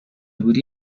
بودی